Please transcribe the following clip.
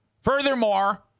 Furthermore